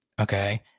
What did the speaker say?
Okay